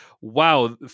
wow